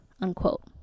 unquote